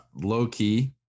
low-key